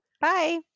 bye